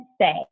say